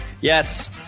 yes